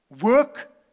work